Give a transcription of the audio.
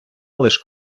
лише